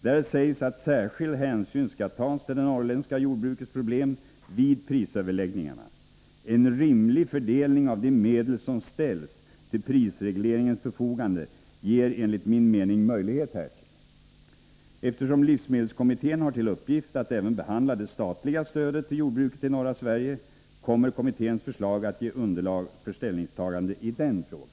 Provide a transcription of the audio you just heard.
Där sägs att särskild hänsyn skall tas till det norrländska jordbrukets problem vid prisöverläggningarna. En rimlig fördelning av de medel som ställs till prisregleringens förfogande ger enligt min mening möjlighet härtill. Eftersom livsmedelskommittén har till uppgift att även behandla det statliga stödet till jordbruket i norra Sverige, kommer kommitténs förslag att ge underlag för ställningstagande i den frågan.